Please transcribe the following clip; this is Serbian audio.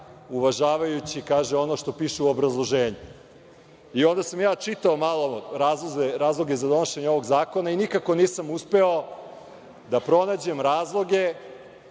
uvažavajući kaže ono što piše u obrazloženju i onda sam ja čitao malo razloge za donošenje ovog zakona i nikako nisam uspeo da pronađem razloge